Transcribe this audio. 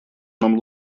нам